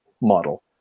model